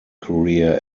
career